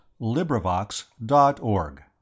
LibriVox.org